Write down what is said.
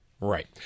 Right